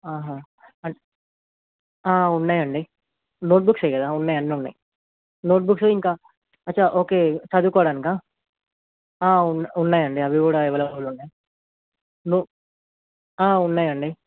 ఆహా అం ఉన్నాయండి నోట్బుక్స్ కదా అన్నీ ఉన్నాయి నోట్బుక్స్ ఇంకా అచ్చా ఓకే చదువుకోవడానికా ఉన్నా ఉన్నాయండి అవి కూడా అవైలబుల్ ఉన్నాయి నో ఉన్నాయండి